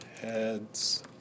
Heads